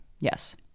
Yes